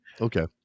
Okay